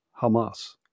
Hamas